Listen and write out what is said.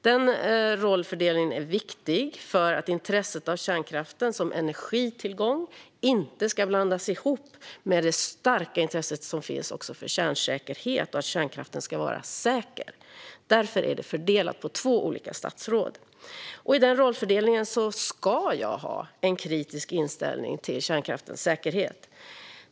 Denna rollfördelning är viktig för att intresset för kärnkraften som energitillgång inte ska blandas ihop med det starka intresse som finns för kärnsäkerhet och för att kärnkraften ska vara säker. Därför är detta fördelat på två olika statsråd. I denna rollfördelning ska jag ha en kritisk inställning till kärnkraftens säkerhet.